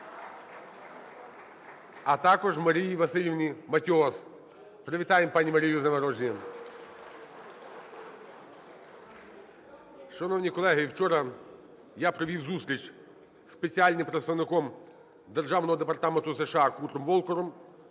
А також Марії Василівни Матіос. Привітаємо пані Марію з днем народженням. (Оплески) Шановні колеги, вчора я провів зустріч із спеціальним представником Державного департаменту США Куртом Волкером,